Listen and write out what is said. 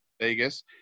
Vegas